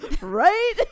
Right